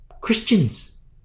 Christians